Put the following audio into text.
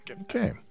Okay